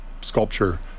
sculpture